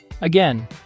Again